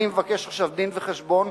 אני מבקש עכשיו דין-וחשבון,